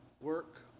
work